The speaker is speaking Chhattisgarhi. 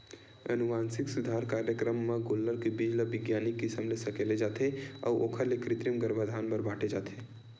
अनुवांसिक सुधार कारयकरम म गोल्लर के बीज ल बिग्यानिक किसम ले सकेले जाथे अउ ओखर ले कृतिम गरभधान बर बांटे जाथे